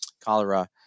cholera